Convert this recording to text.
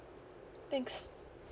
thanks